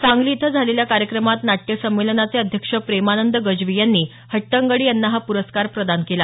सांगली इथं झालेल्या कार्यक्रमात नाट्य संमेलनाचे अध्यक्ष प्रेमानंद गज्वी यांनी हट्टगडी यांना हा प्रस्कार प्रदान केला